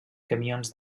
camions